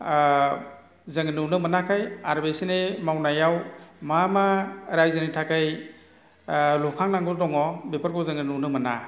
जोङो नुनो मोनाखै आरो बिसोरनि मावनायाव मा मा रायजोनि थाखाय लुखांनांगौ दङ बेफोरखौ जोङो नुनो मोना